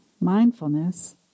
mindfulness